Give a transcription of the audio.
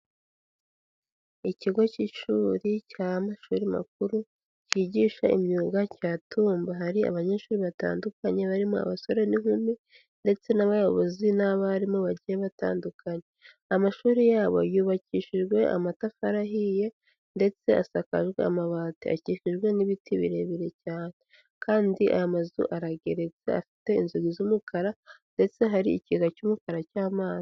Ikigo cy'ishuri cy'amashuri makuru cyigisha imyuga cya Tumba, hari abanyeshuri batandukanye barimo abasore n'inkumi ndetse n'abayobozi n'abarimu bagiye batandukanye, amashuri yabo yubakishijwe amatafari ahiye ndetse asakajwe amabati akikijwe n'ibiti birebire cyane, kandi aya mazu aragetse afite inzugi z'umukara ndetse hari ikigega cy'umukara cy'amazi.